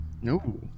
no